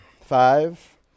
Five